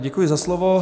Děkuji za slovo.